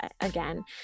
again